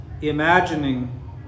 imagining